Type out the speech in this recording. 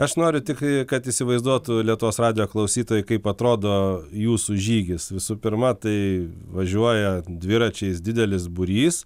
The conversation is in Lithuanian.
aš noriu tik kad įsivaizduotų lietuvos radijo klausytojai kaip atrodo jūsų žygis visų pirma tai važiuoja dviračiais didelis būrys